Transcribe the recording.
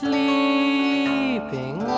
Sleeping